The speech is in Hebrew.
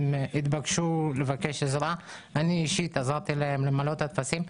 הם ביקשו עזרה ואני אישית עזרתי להם למלא את הטפסים.